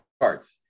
cards